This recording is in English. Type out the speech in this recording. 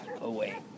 away